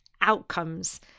outcomes